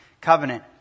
covenant